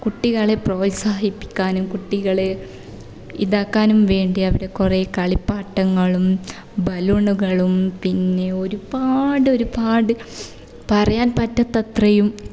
കുട്ടികളെ പ്രോത്സാഹിപ്പിക്കാനും കുട്ടികളെ ഇതാക്കാനും വേണ്ടി അവിടെ കുറെ കളിപ്പാട്ടങ്ങളും ബലൂണുകളും പിന്നെ ഒരുപാട് ഒരുപാട് പറയാന് പറ്റാത്തത്രയും